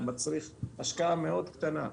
מצריך השקעה מאוד קטנה,